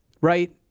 right